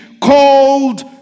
called